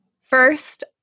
First